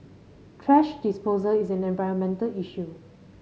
thrash disposal is an environmental issue